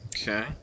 Okay